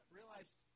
realized